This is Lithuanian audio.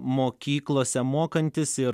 mokyklose mokantis ir